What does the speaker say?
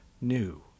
new